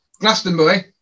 Glastonbury